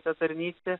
ta tarnystė